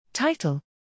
Title